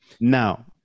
Now